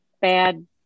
bad